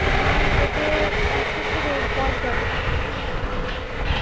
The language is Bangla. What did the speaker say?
আমার যেতে এক সপ্তাহ পর যাবো